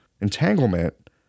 Entanglement